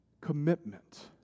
commitment